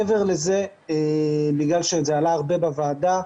מעבר לזה, בגלל שזה עלה הרבה בוועדה,